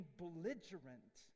belligerent